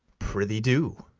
prithee, do.